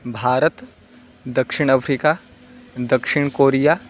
भारतम् दक्षिणफ़्रिका दक्षिणकोरिया